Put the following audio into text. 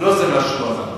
לא זה מה שהוא אמר.